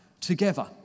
together